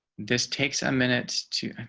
this takes a minute to,